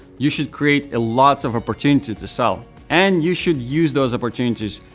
you should create a lot of opportunity to sell, and you should use those opportunities,